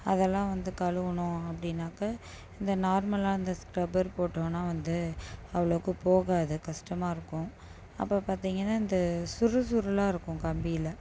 அதெல்லாம் வந்து கழுவணும் அப்படின்னாக்க இந்த நார்மலாக இந்த ஸ்க்ரப்பர் போட்டோன்னால் வந்து அவ்வளோவுக்கும் போகாது கஷ்டமா இருக்கும் அப்போ பார்த்தீங்கன்னா இந்த சுருள் சுருளாக இருக்கும் கம்பியில்